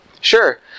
sure